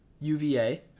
UVA